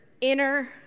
inner